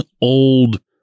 old